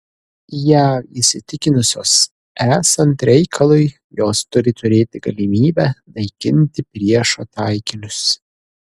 jav įsitikinusios esant reikalui jos turi turėti galimybę naikinti priešo taikinius